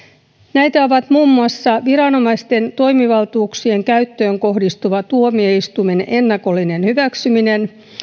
näitä ovat muun muassa viranomaisten toimivaltuuksien käyttöön kohdistuva tuomioistuimen ennakollinen hyväksyminen